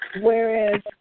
whereas